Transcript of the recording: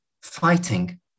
fighting